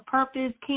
Purpose